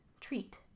treat